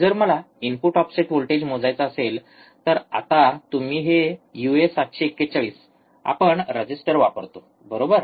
जर मला input offset voltage मोजायचा असेल तर आता तुम्ही हे uA741 आपण रेजिस्टर वापरतो बरोबर